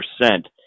percent